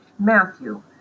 Matthew